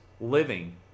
living